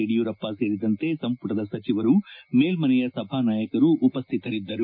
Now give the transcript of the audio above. ಯಡಿಯೂರಪ್ಪ ಸೇರಿದಂತೆ ಸಂಪುಟದ ಸಚಿವರು ಮೇಲ್ವನೆಯ ಸಭಾನಾಯಕರು ಉಪಸ್ತಿತರಿದ್ದರು